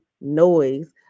noise